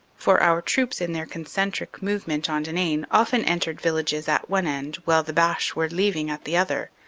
for our troops in their concentric movement on denain often entered villages at one end while the boche were leaving at the other,